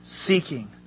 seeking